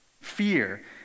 fear